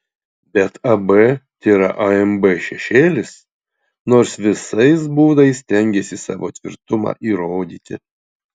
bet ab tėra amb šešėlis nors visais būdais stengiasi savo tvirtumą įrodyti